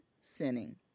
sinning